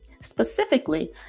Specifically